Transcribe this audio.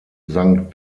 sankt